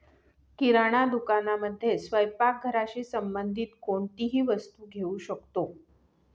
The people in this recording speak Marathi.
किराणा दुकानामध्ये स्वयंपाक घराशी संबंधित कोणतीही वस्तू घेऊ शकतो